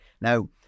Now